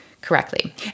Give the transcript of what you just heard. correctly